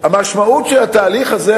של התהליך הזה,